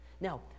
Now